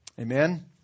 Amen